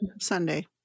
Sunday